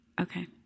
Okay